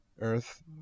earth